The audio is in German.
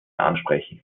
ansprechen